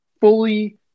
fully